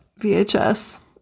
VHS